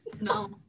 No